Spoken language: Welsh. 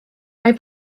mae